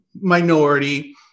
minority